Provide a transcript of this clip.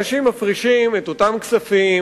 אנשים מפרישים את אותם כספים,